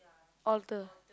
alter